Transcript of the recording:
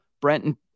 Brenton